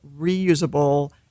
reusable